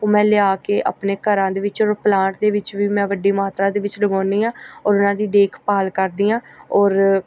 ਉਹ ਮੈਂ ਲਿਆ ਕੇ ਆਪਣੇ ਘਰਾਂ ਦੇ ਵਿੱਚ ਔਰ ਪਲਾਂਟ ਦੇ ਵਿੱਚ ਵੀ ਮੈਂ ਵੱਡੀ ਮਾਤਰਾ ਦੇ ਵਿੱਚ ਲਗਾਉਂਦੀ ਹਾਂ ਔਰ ਉਹਨਾਂ ਦੀ ਦੇਖਭਾਲ ਕਰਦੀ ਹਾਂ ਔਰ